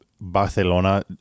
Barcelona